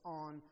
on